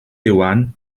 iwan